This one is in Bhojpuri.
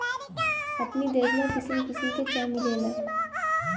अपनी देश में किसिम किसिम के चाय मिलेला